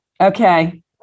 Okay